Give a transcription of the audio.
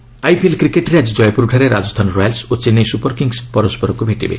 IPL IPL କ୍ରିକେଟ୍ରେ ଆଜି କୟପୁରଠାରେ ରାଜସ୍ଥାନ ରୟାଲ୍ବ ଓ ଚେନ୍ନାଇ ସୁପରକିଙ୍ଗସ୍ ପରସରକୁ ଭେଟିବେ